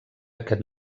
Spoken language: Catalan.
aquest